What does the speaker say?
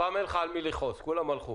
הפעם אין לך על מי לכעוס כי כולם הלכו.